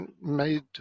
made